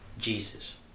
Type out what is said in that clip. Jesus